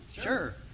Sure